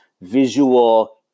visual